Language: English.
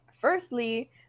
firstly